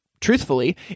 truthfully